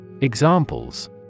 Examples